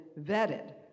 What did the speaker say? vetted